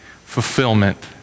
fulfillment